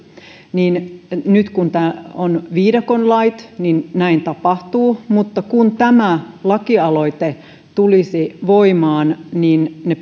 niin nyt kun on viidakonlait näin tapahtuu mutta jos tämä lakialoite tulisi voimaan ne